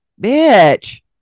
Bitch